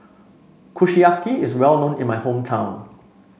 Kushiyaki is well known in my hometown